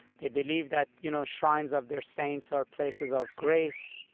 they believe that you know shrines of their saints are places of grace,